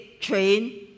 train